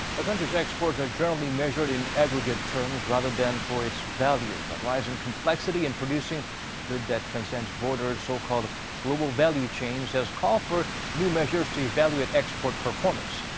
a country's exports are generally measured in aggregate terms. rather than for its value. but rising complexity in producing a good that transcends borders so-called global value chains. has called for new measures to evaluate export performance.